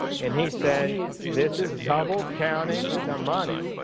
and he said this is double counting the money.